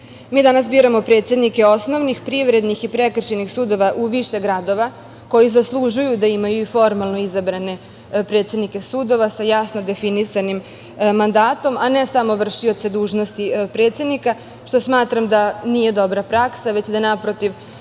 danas biramo predsednike osnovnih, privrednih i prekršajnih sudova u više gradova, koji zaslužuju da imaju formalno izabrane predsednike sudova sa jasno definisanim mandatom, a ne samo vršioce dužnosti predsednika, što smatram da nije dobra praksa, već da, naprotiv,